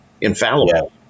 infallible